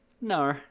No